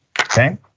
okay